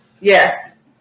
Yes